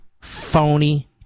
phony